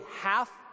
half